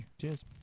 Cheers